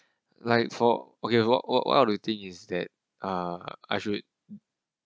like for okay what what what what do you think is that uh I should